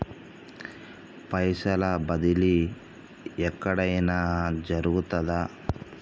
పైసల బదిలీ ఎక్కడయిన జరుగుతదా?